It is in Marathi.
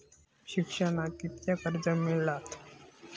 शिक्षणाक कीतक्या कर्ज मिलात?